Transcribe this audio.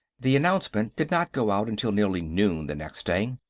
the announcement did not go out until nearly noon the next day.